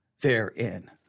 therein